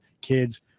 kids